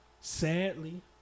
Sadly